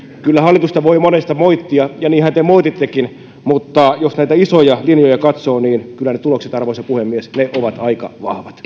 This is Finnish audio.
kyllä hallitusta voi monesta moittia ja niinhän te moitittekin mutta jos näitä isoja linjoja katsoo niin kyllä ne tulokset arvoisa puhemies ovat aika vahvat